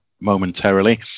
momentarily